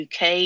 UK